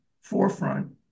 forefront